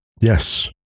Yes